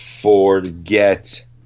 forget